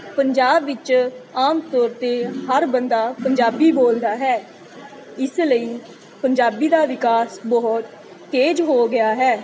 ਪੰਜਾਬ ਵਿੱਚ ਆਮ ਤੌਰ 'ਤੇ ਹਰ ਬੰਦਾ ਪੰਜਾਬੀ ਬੋਲਦਾ ਹੈ ਇਸ ਲਈ ਪੰਜਾਬੀ ਦਾ ਵਿਕਾਸ ਬਹੁਤ ਤੇਜ਼ ਹੋ ਗਿਆ ਹੈ